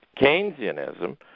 Keynesianism